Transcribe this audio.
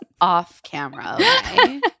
off-camera